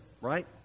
right